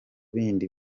bindi